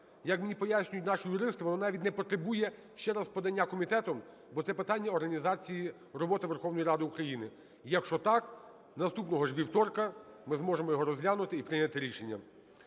Як мені пояснюють наші юристи, вона навіть не потребує ще раз подання комітетом, бо це питання організації роботи Верховної Ради України. Якщо так, наступного ж вівторка ми зможемо його розглянути і прийняти рішення.